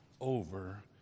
over